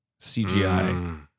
CGI